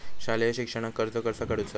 शालेय शिक्षणाक कर्ज कसा काढूचा?